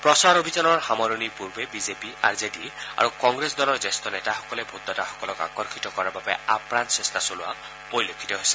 প্ৰচাৰ অভিযানৰ সামৰণিৰ পূৰ্বে বিজেপি আৰ জে ডি আৰু কংগ্ৰেছ দলৰ জ্যেষ্ঠ নেতাসকলে ভোটদাতাসকলক আকৰ্যিত কৰাৰ বাবে আপ্ৰাণ চেষ্টা চলোৱা পৰিলক্ষিত হৈছে